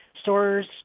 stores